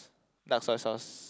dark soy sauce